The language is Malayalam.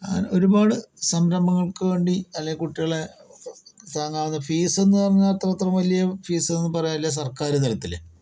അങ്ങനെ ഒരുപാട് സംരംഭങ്ങൾക്ക് വേണ്ടി അല്ലെങ്കിൽ കുട്ടികളെ താങ്ങാവുന്ന ഫീസെന്ന് പറഞ്ഞാൽ അത്രമാത്രം വലിയ ഫീസെന്ന് പറയാനില്ല സർക്കാർ തലത്തിൽ